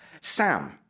Sam